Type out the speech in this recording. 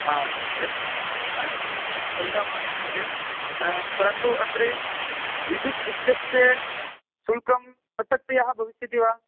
आम् महोदय चिन्ता मास्तु महोदय परन्तु अत्र विद्युत् इत्यस्य शुल्कं पृथक्तया भविष्यति वा